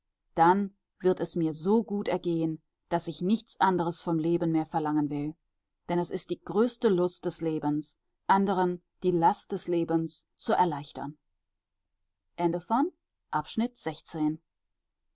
dann wird es mir so gut ergehen daß ich nichts anderes vom leben mehr verlangen will denn es ist die größte lust des lebens anderen die last des lebens zu erleichtern